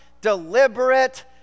deliberate